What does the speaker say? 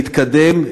יתקדם,